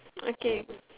okay